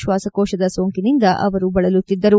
ಶ್ವಾಸ ಕೋಶದ ಸೋಂಕಿನಿಂದ ಅವರು ಬಳಲುತ್ತಿದ್ದರು